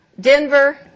Denver